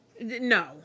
no